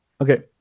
Okay